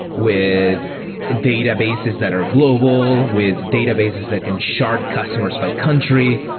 with databases that are global, with databases that can shard customers by country.